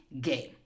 game